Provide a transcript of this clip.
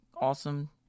awesome